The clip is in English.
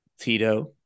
Tito